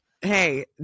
hey